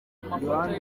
amafoto